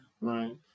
Right